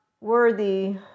worthy